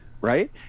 right